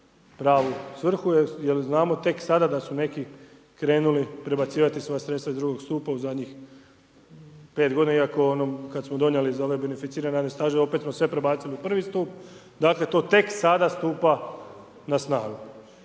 pravu svrhu jer znamo tek sada da su neki krenuli prebacivati svoja sredstva iz drugog stupa u zadnjih 5 godina iako kada smo donijeli za ovaj beneficirani radni staž opet smo sve prebacili u prvi stup. Dakle to tek sada stupa na snagu.